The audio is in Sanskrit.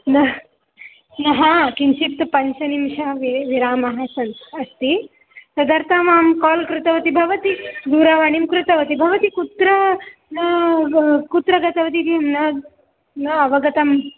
न नहा किञ्चित् पञ्च निमेषः विरामः सः अस्ति तदर्थम् अहं काल् कृतवती भवती दूरवाणीं कृतवती भवती कुत्र न कुत्र गतवती किं न न अवगतम्